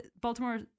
baltimore